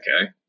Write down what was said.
okay